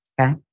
okay